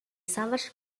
savage